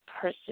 person